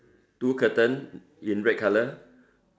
two curtain in red colour